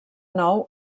nou